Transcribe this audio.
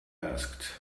asked